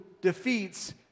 defeats